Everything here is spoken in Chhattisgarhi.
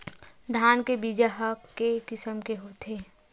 धान के बीजा ह के किसम के होथे?